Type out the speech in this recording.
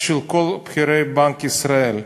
של כל בכירי בנק ישראל?